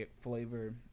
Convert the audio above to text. flavor